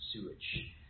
sewage